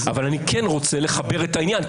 אבל אני רוצה לחבר את העניין,